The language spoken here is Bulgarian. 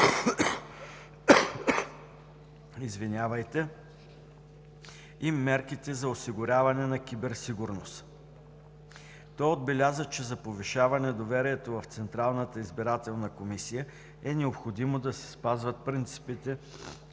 гласуване и мерките за осигуряване на киберсигурност. Той отбеляза, че за повишаване доверието в Централната избирателна комисия е необходимо да се спазват принципите